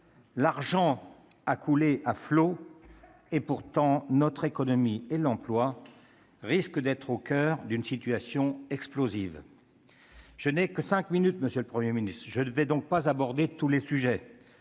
l'argent a coulé à flots ; pourtant, notre économie et l'emploi risquent d'être au coeur d'une situation explosive. N'ayant que cinq minutes de temps de parole, monsieur le Premier ministre, je ne vais pas aborder tous les sujets.